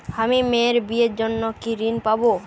আমি মেয়ের বিয়ের জন্য কি ঋণ পাবো?